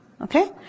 Okay